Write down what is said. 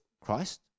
Christ